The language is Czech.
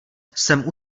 jsem